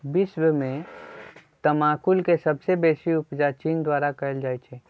विश्व में तमाकुल के सबसे बेसी उपजा चीन द्वारा कयल जाइ छै